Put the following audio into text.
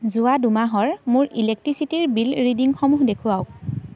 যোৱা দুমাহৰ মোৰ ইলেক্ট্ৰিচিটীৰ বিল ৰিডিংসমূহ দেখুৱাওক